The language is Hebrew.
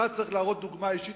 אתה צריך להראות דוגמה אישית.